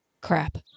Crap